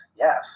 yes